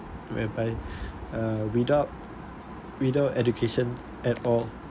whereby uh without without education at all